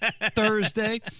thursday